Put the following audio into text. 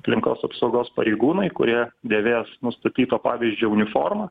aplinkos apsaugos pareigūnai kurie dėvės nustatyto pavyzdžio uniformą